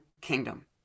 kingdom